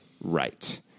Right